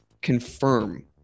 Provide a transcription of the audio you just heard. confirm